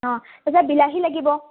অঁ এতিয়া বিলাহী লাগিব